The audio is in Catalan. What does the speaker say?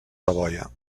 savoia